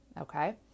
okay